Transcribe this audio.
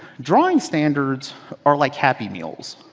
drawing standards are like happy meals.